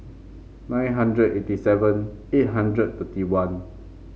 nine hundred eighty seven eight hundred thirty one